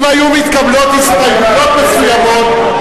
אם היו מתקבלות הסתייגויות מסוימות,